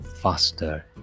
faster